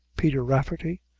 peter rafferty,